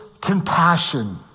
compassion